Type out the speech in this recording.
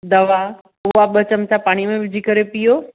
दवा उहा ॿ चमिचा पाणी में विझी करे पीओ